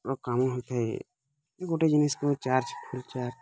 ର କାମ ହୋଇ ଥାଏ କି ଗୋଟେ ଜିନିଷ୍ କୁ ମୁଁ ଚାର୍ଜ